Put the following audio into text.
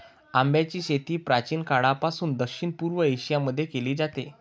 आंब्याची शेती प्राचीन काळापासून दक्षिण पूर्व एशिया मध्ये केली जाते